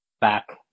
back